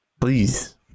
please